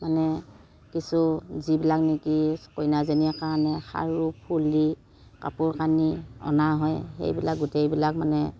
মানে কিছু যিবিলাক নিকি কইনাজনীৰ কাৰণে খাৰু ফুলি কাপোৰ কানি অনা হয় সেইবিলাক গোটেইবিলাক মানে